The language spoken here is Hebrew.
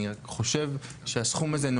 אני חושב שהסכום הזה,